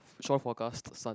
shore forecast sun